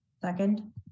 Second